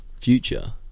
future